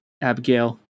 Abigail